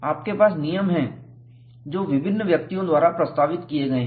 आपके पास नियम हैं जो विभिन्न व्यक्तियों द्वारा प्रस्तावित किए गए हैं